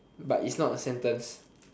but it's not a sentence